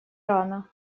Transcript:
рано